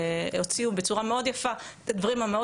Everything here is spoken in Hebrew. הוציאו בצורה מאוד יפה את הדברים המאוד